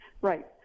Right